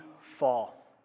fall